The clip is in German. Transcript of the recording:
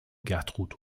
gertrud